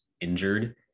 injured